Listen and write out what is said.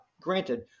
granted